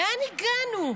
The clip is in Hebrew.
לאן הגענו?